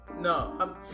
No